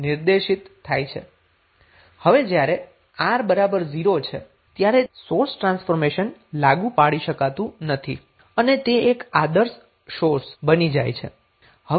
હવે જ્યારે R બરાબર 0 છે ત્યારે સોર્સ ટ્રાન્સફોર્મેશન લાગુ પાડી શકાતું નથી અને તે એક આદર્શ સોર્સ બની જાય છે